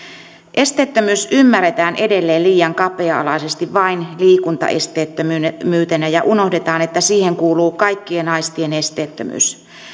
esteettömyys ymmärretään edelleen liian kapea alaisesti vain liikuntaesteettömyytenä ja unohdetaan että siihen kuuluu kaikkien aistien esteettömyys